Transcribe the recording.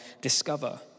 discover